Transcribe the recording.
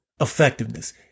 effectiveness